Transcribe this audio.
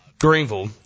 Greenville